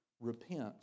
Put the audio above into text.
repent